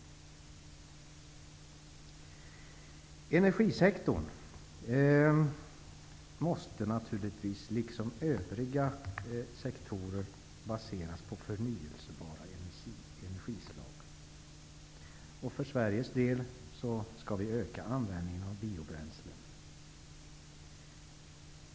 Energisektorn måste naturligtvis liksom övriga sektorer baseras på förnybara energislag. För Sveriges del skall vi öka användningen av biobränslen.